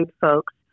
folks